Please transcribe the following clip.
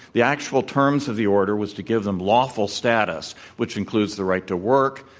the actual terms of the order was to give them lawful st atus which includes the right to work,